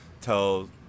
tell